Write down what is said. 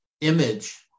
image